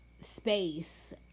space